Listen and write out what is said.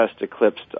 eclipsed